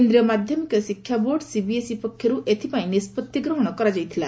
କେନ୍ଦ୍ରୀୟ ମାଧ୍ୟମିକ ଶିକ୍ଷା ବୋର୍ଡ଼ ସିବିଏସ୍ଇ ପକ୍ଷରୁ ଏଥିପାଇଁ ନିଷ୍ପତ୍ତି ଗ୍ରହଣ କରାଯାଇଥିଲା